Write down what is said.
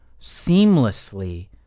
seamlessly